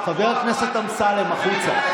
חבר הכנסת אמסלם, החוצה.